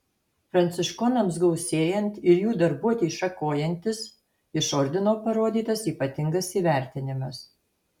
pranciškonams gausėjant ir jų darbuotei šakojantis iš ordino parodytas ypatingas įvertinimas